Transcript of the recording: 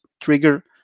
trigger